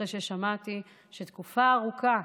אחרי ששמעתי שתקופה ארוכה,